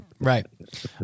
Right